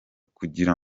kugira